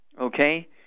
okay